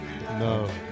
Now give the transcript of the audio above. No